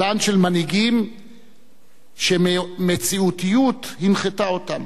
זן של מנהיגים שמציאותיות הנחתה אותם.